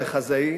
המחזאי,